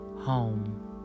home